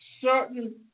certain